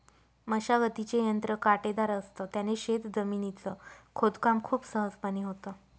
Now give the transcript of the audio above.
मशागतीचे यंत्र काटेदार असत, त्याने शेत जमिनीच खोदकाम खूप सहजपणे होतं